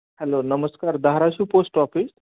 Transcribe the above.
hello नमस्कार Dharashiv post office